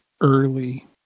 early